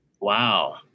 wow